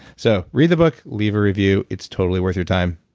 so read the book, leave a review. it's totally worth your time.